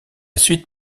suite